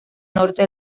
norte